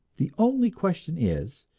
the only question is,